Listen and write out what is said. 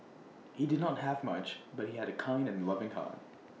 he did not have much but he had A kind and loving heart